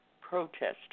protesters